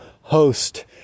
host